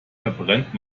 verbrennt